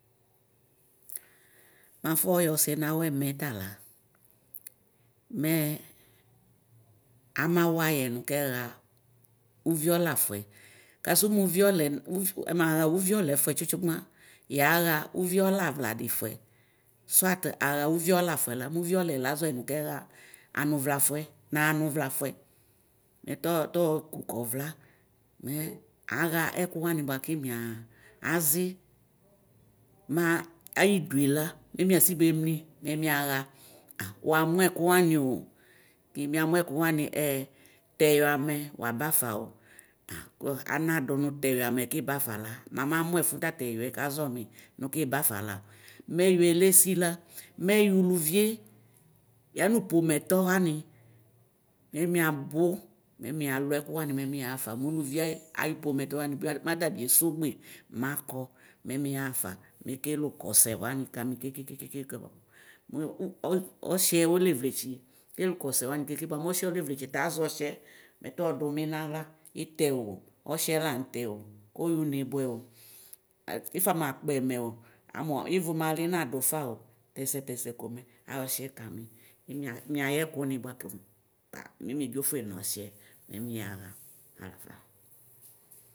Mʋ afɔ yɔsi nawʋ ɛmɛ tala mɛ ama wayɛ nʋ kɛxa ʋviɔla fʋɛ kasʋ mʋ ʋviɔlɛ ɛmaxa ʋnɔla fʋɛ tsʋtsʋgba yaxa ʋviɔlavla difʋɛ sʋat axa ʋviɔlafʋɛla mʋviɔlaɛ azɔyɛ nʋ kɛxa anʋvla fʋɛ naxa anʋ vlafʋɛ mɛtɔtɔ kʋka UCLA mɛ axa ɛkʋwani bʋakʋ miazi Mayi dʋela mɛ miasi bemli mɛ miaxa a wʋamʋ ɛkʋ wanio ki miamʋ ɛkʋ wani ɛɛ tɛyi amɛ ʋabafa o kokʋ anadʋ nʋ tɛyi amɛ kibafala mamamʋ ɛfʋ nʋ tatɛʋrɛ kama zɔmi nʋ kibafala mɛ ɛwiɛ lesila mɛ yɛ ʋlʋvie yanʋ pomɛtɔwani mɛ miabʋ mɛ mialʋ ɛkʋ wani mɛ mixafa mʋlʋvie ayʋ pomɛtɔ wani mɛ mieso gbe makɔ mɛ miyaxafa mekele ʋkɔsɛ wani kami kekekeke kb mʋ mɛ ɔsiɛ olevletsi ta azɔ ɔsiɛ mɛtɔ dʋmi nayla itɛo ɔshiɛ lanʋ tɛo itɛo kɔyʋne bʋɛ ifamakpɛ mɛo amʋ wʋ mali nadʋfao tɛsɛ tɛsɛ komɛ ayɔ ɔsiɛ kami miayɛ ɛkʋnʋ bʋa bʋa komʋa mɛ miedzofʋe nɔsiɛ mɛ miyaxa talafa.